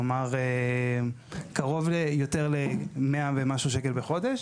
כלומר, קרוב יותר ל-100 ומשהו שקלים בחודש.